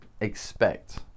expect